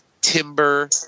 Timber